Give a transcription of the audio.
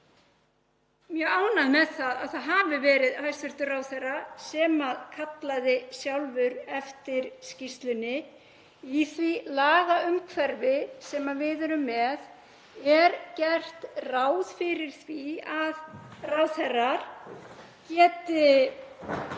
mjög ánægð með að það hafi verið hæstv. ráðherra sjálfur sem kallaði eftir skýrslunni. Í því lagaumhverfi sem við erum með er gert ráð fyrir því að ráðherrar geti